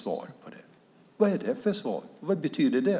Vad är det för svar, och vad betyder det?